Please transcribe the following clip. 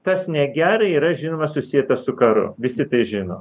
tas negerai yra žinoma susietas su karu visi tai žino